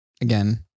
again